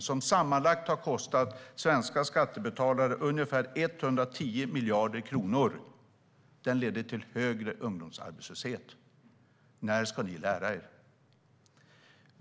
Den har sammanlagt kostat svenska skattebetalare ungefär 110 miljarder kronor, och den ledde till högre ungdomsarbetslöshet. När ska ni lära er?